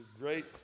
great